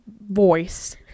voice